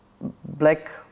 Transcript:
black